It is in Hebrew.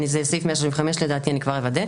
זה סעיף 135 לדעתי, אני כבר אוודא.